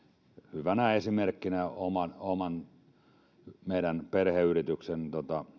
hyvänä esimerkkinä meidän oman perheyrityksen